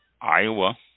Iowa